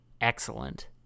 excellent